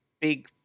big